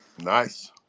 nice